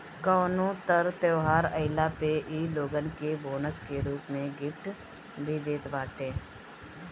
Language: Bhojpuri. कवनो तर त्यौहार आईला पे इ लोगन के बोनस के रूप में गिफ्ट भी देत बाटे